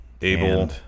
able